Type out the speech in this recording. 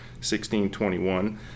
1621